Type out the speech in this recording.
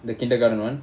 the kindergarten [one]